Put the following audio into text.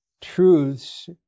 truths